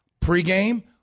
pregame